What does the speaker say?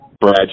Brad